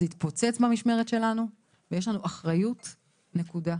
זה התפוצץ במשמרת שלנו ויש לנו אחריות, נקודה.